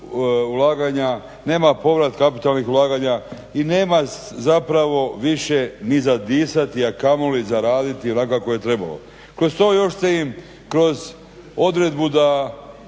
ulaganja, nema povrat kapitalnih ulaganja i nema zapravo više ni za disati, a kamoli za raditi onako kako je trebalo. Kroz to još ste i kroz odredbu da